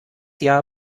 jahr